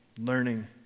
learning